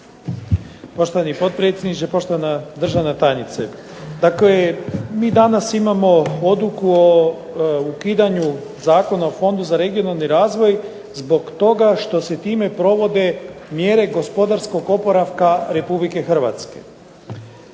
Poštovani potpredsjedniče, poštovana državna tajnice. Dakle mi danas imamo odluku o ukidanju Zakona o Fondu za regionalni razvoj, zbog toga što se time provode mjere gospodarskog oporavka Republike Hrvatske.